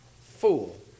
fool